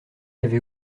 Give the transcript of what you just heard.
avait